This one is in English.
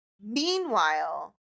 Meanwhile